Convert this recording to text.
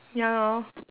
ya lor